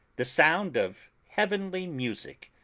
the sound of heavenly music,